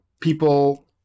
People